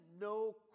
no